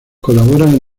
colaboran